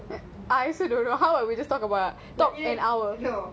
I also don't know how we just talk about talk an hour